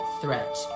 threat